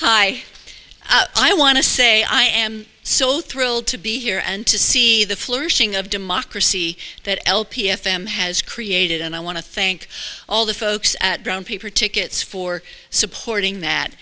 high i want to say i am so thrilled to be here and to see the flourishing of democracy that l p s them has created and i want to thank all the folks at brown paper tickets for supporting that